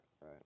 right